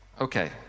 Okay